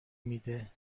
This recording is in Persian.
میده